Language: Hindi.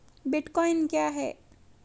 बिटकॉइन क्या है?